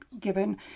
given